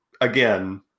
Again